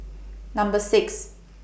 Number six